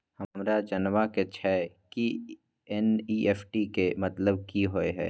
हमरा जनबा के छै की एन.ई.एफ.टी के मतलब की होए है?